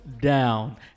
down